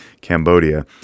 Cambodia